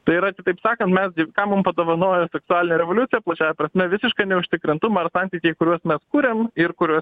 tai yra taip sakant mes tai ką mum padovanojo seksualinė revoliucija plačiąja prasme visišką neužtikrintumą ir santykiai kuriuos mes kuriam ir kuriuos